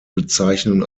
bezeichnen